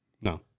No